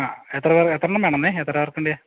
എത്ര എത്ര എണ്ണം വേണം എത്ര പേർക്ക് വേണ്ടിയാണ്